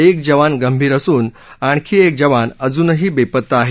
एक जवान गदीर असून आणखी एक जवान अजूनही बेपत्ता आहे